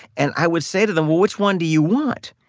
and i would say to them, well, which one do you want?